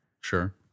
Sure